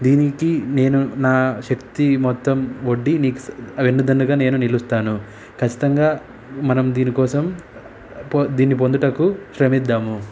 దీనికి నేను నా శక్తి మొత్తం ఒడ్డి నీకు వెన్నుదన్నుగా నేను నిలుస్తాను ఖచ్చితంగా మనం దీనికోసం పొ దీన్ని పొందుటకు శ్రమిద్దాము